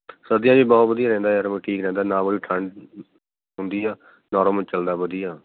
ਸਰਦੀਆਂ 'ਚ ਬਹੁਤ ਵਧੀਆ ਰਹਿੰਦਾ ਯਾਰ ਠੀਕ ਰਹਿੰਦਾ ਨਾ ਉਰੇ ਠੰਡ ਹੁੰਦੀ ਆ ਨੌਰਮਲ ਚਲਦਾ ਵਧੀਆ